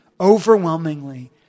overwhelmingly